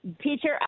Teacher